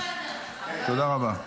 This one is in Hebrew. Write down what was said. תודה רבה.